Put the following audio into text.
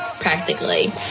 practically